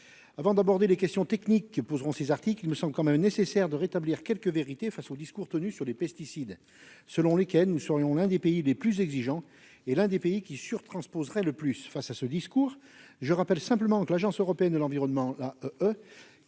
Avant d'aborder les questions techniques que soulèvent ces articles, il me semble tout de même nécessaire de rétablir quelques vérités au regard du discours tenu sur les pesticides selon lequel nous serions l'un des pays les plus exigeants, et l'un de ceux qui surtransposeraient le plus ... Face à ce discours, je rappellerai simplement que l'Agence européenne pour l'environnement (AEE),